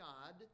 God